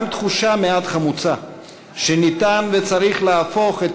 גם תחושה מעט חמוצה שניתן וצריך להפוך את